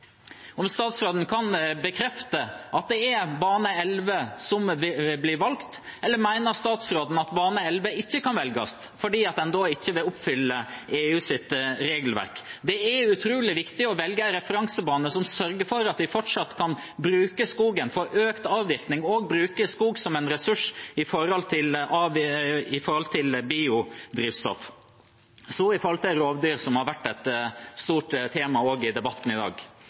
Kan statsråden bekrefte at det er bane 11 som blir valgt, eller mener statsråden at bane 11 ikke kan velges fordi man da ikke vil oppfylle EUs regelverk? Det er utrolig viktig å velge en referansebane som sørger for at man fortsatt kan bruke skogen for økt avvirkning og bruke skogen som en ressurs for biodrivstoff. Så til rovdyr, som har vært et stort tema også i debatten i dag.